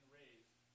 raised